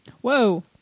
Whoa